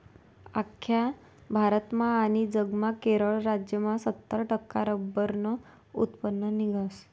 आख्खा भारतमा आनी जगमा केरळ राज्यमा सत्तर टक्का रब्बरनं उत्पन्न निंघस